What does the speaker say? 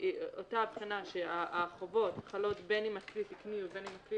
אותה הבחנה שהחובות חלות בין אם הכלי תקני ובין אם לאו,